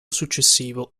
successivo